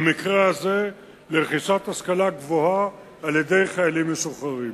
במקרה הזה לרכישת השכלה גבוהה על-ידי חיילים משוחררים.